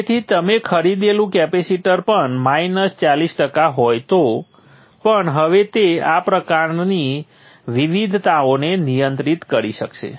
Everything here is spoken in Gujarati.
તેથી તમે ખરીદેલું કેપેસિટર પણ માઇનસ ચાલીસ ટકા હોય તો પણ હવે તે આ પ્રકારની વિવિધતાઓને નિયંત્રિત કરી શકશે